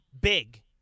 big